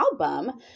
album